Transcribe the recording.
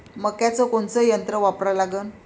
मक्याचं कोनचं यंत्र वापरा लागन?